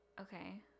Okay